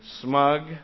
smug